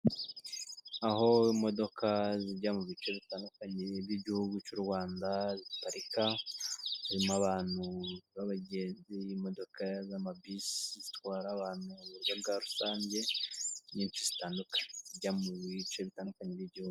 Aho imodoka zijya mu bice bitandukanye by'igihugu cy' u Rwanda ziparika, harimo abantu b'abagenzi, imodoka z'amabisi zitwara abantu mu buryo bwa rusange nyishi zitandukanye zijya mu bice bitandukanye by'igihugu.